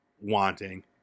wanting